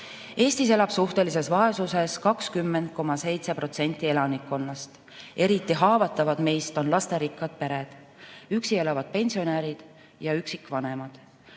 elab suhtelises vaesuses 20,7% elanikkonnast. Eriti haavatavad on lasterikkad pered, üksi elavad pensionärid ja üksikvanemad.